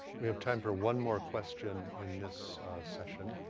we have time for one more question in this session.